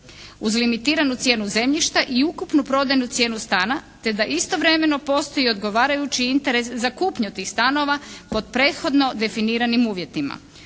uz limitiranu cijenu zemljišta i ukupnu prodajnu cijenu stana te da istovremeno postoji i odgovarajući interes za kupnju tih stanova pod prethodno definiranim uvjetima.